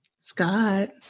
Scott